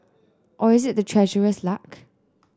or is it the Treasurer's luck